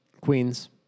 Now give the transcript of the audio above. Queens